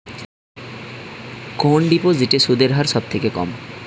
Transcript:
কোন ডিপোজিটে সুদের হার সবথেকে কম?